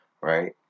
right